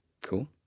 Cool